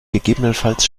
gegebenenfalls